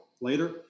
later